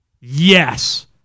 Yes